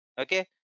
Okay